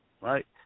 right